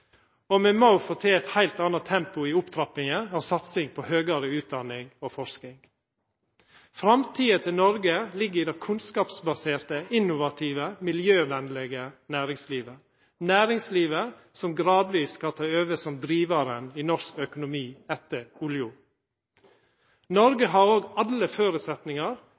og me må få til eit heilt anna tempo i opptrappinga og satsinga på høgare utdanning og forsking. Framtida til Noreg ligg i det kunnskapsbaserte, innovative og miljøvennlege næringslivet – næringslivet som gradvis skal ta over som drivaren i norsk økonomi etter olja. Noreg har òg alle